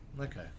Okay